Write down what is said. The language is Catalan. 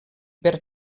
per